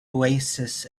oasis